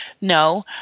No